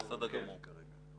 בסדר גמור כרגע.